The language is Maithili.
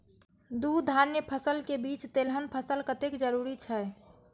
दू धान्य फसल के बीच तेलहन फसल कतेक जरूरी छे?